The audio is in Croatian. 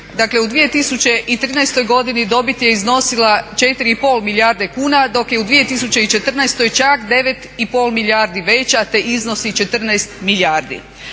Dakle u 2013.godini dobit je iznosila 4,5 milijarde kuna dok je u 2014.čak 9,5 milijardi veća te iznosi 14 milijardi.